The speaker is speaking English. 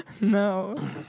No